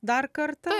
dar kartą